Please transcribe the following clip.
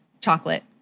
Chocolate